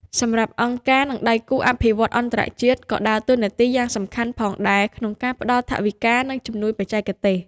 សម្រាប់ អង្គការ និងដៃគូអភិវឌ្ឍន៍អន្តរជាតិក៏ដើរតួនាទីយ៉ាងសំខាន់ផងដែរក្នុងការផ្តល់ ថវិកា និងជំនួយបច្ចេកទេស។